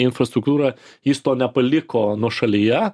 infrastruktūrą jis nepaliko nuošalyje